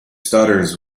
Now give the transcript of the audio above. stutters